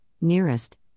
nearest